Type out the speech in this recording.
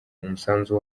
umusanzu